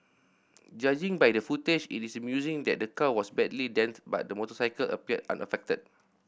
judging by the footage it is amusing that the car was badly dented but the motorcycle appeared unaffected